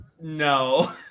no